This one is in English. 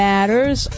Matters